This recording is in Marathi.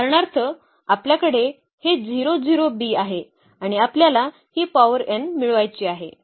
तर उदाहरणार्थ आपल्याकडे हे 0 0 b आहे आणि आपल्याला ही पॉवर n मिळवायची आहे